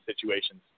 situations